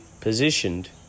positioned